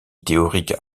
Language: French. théorique